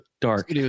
dark